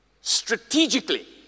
Strategically